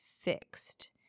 fixed